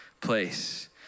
place